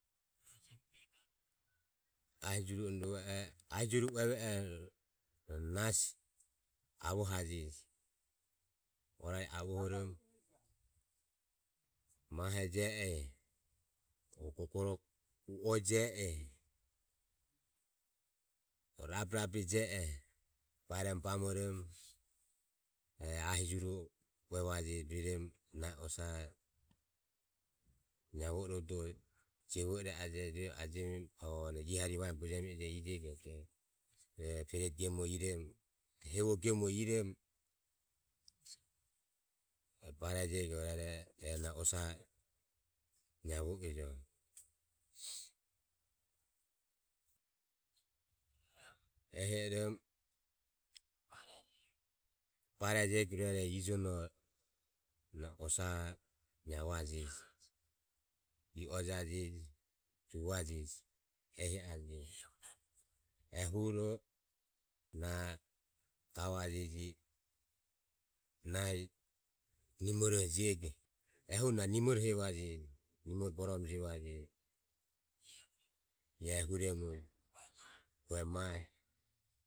Ahi juru o ahi jure rove oho nasi avohaje orari e avohoromo mahe je e o u o je e o rabe rabe je e baeromo bamoromo e ahi juru oho ue vaje rueromo nahi osaho naevo irodoho jevo i e aje. Ehi ajemiromo rueroho ioho pereti o hevo gemore iromo iae barejego naevo ejo ehi oromo barejego rueroho ijonoho na osaho naevajeji. mue vajajeji. juvajeji ehi a jeji ehuro na gavajeji nahi nimoroho jego ehuro na nimorohajeji nimoroho borome jevaje ehu remuje hue mae.